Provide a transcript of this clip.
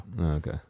Okay